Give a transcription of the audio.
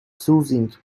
soothing